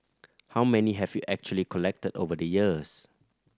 how many have you actually collected over the years